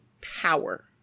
power